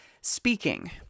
speaking